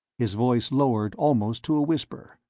his voice lowered almost to a whisper,